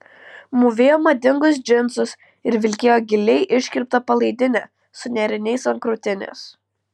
mūvėjo madingus džinsus ir vilkėjo giliai iškirptą palaidinę su nėriniais ant krūtinės